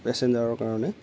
পেচেঞ্জাৰৰ কাৰণে